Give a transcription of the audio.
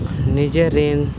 ᱱᱤᱡᱮᱨᱤᱱ